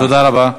תודה רבה.